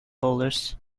bowlers